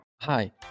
Hi